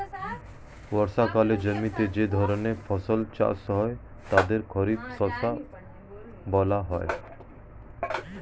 বর্ষাকালে জমিতে যে ধরনের ফসল চাষ হয় তাদের খারিফ শস্য বলা হয়